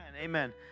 Amen